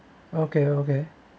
okay okay